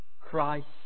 Christ